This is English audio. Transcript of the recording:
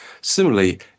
Similarly